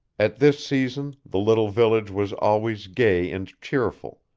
at this season the little village was always gay and cheerful.